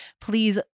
Please